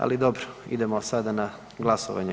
Ali dobro, idemo sada na glasovanje.